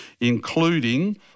including